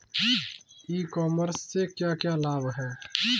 ई commerce से क्या क्या लाभ हैं?